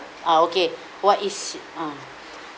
ah okay what is uh